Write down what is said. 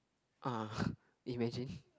ah imagine